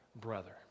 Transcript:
brother